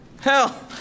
hell